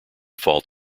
fault